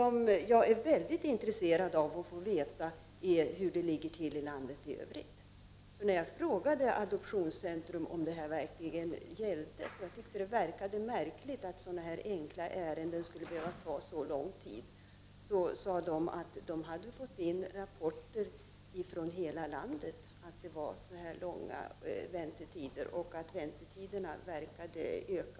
Jag är mycket intresserad av att få veta hur det ligger till i landet i övrigt. När jag frågade Adoptionscentrum om det verkligen var dessa tider som gällde, då jag tyckte att det var märkligt att sådana här enkla ärenden skulle behöva ta så lång tid, sade man att man hade fått in rapporter från hela landet om så långa väntetider och att de verkade öka.